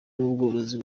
n’ubworozi